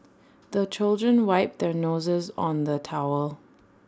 the children wipe their noses on the towel